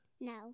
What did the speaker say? No